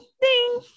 ding